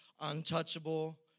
untouchable